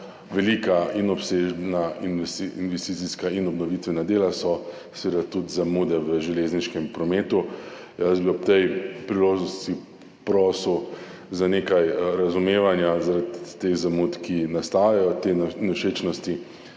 velika in obsežna investicijska in obnovitvena dela, so seveda tudi zamude v železniškem prometu. Jaz bi ob tej priložnosti prosil za nekaj razumevanja zaradi teh zamud, ki nastajajo. Te nevšečnosti